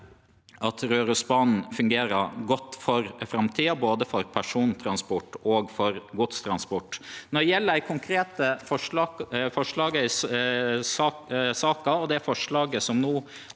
at Rørosbanen fungerer godt for framtida, både for persontransport og for godstransport. Når det gjeld dei konkrete forslaga i saka, og det forslaget som no